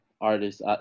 Artist